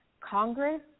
Congress